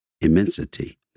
immensity